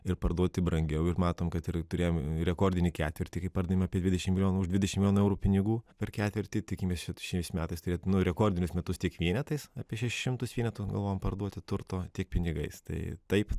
ir parduoti brangiau ir matom kad ir turėjom rekordinį ketvirtį kai pardavė apie dvidešimt milijonų už dvidešimt milijonų eurų pinigų per ketvirtį tikimės kad šiais metais turėtų nu rekordinius metus tiek vienetais apie šešis šimtus vienetų galvojam parduoti turto tiek pinigais tai taip